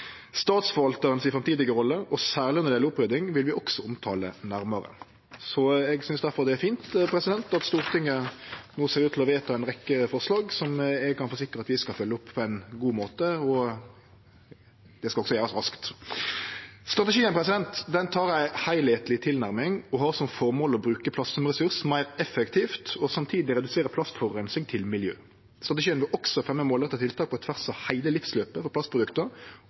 Statsforvaltaren si framtidige rolle, særleg når det gjeld opprydding, vil vi også omtale nærmare. Eg synest difor det er fint at Stortinget no ser ut til å vedta ei rekkje forslag som eg skal forsikre om at vi skal følgje opp på ein god måte, og det skal også gjerast raskt. Strategien har ei heilskapleg tilnærming og har som formål å bruke plast som resurs meir effektivt og samtidig redusere plastforureining til miljøet. Strategien vil også fremje målretta tiltak på tvers av heile livsløpet for